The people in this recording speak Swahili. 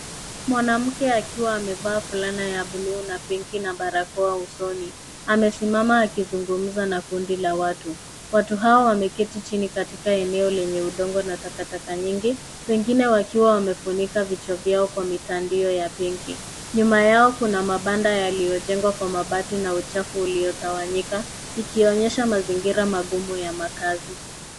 Mwanamke akiwa amevaa fulana ya bluu na pinki na barakoa usoni. Amesimama akizungumza na kundi la watu. Watu hawa wameketi chini katika eneo lenye udongo na takataka nyingi, wengine wakiwa wamefunika vichwa vyao kwa mitandio ya pinki. Nyuma yao kuna mabanda yaliyojengwa kwa mabati na uchafu uliotawanyika, ikionyesha mazingira magumu ya makazi.